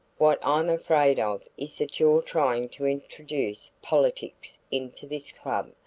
what i'm afraid of is that you're trying to introduce politics into this club,